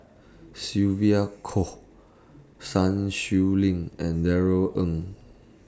Sylvia Kho Sun Xueling and Darrell Ang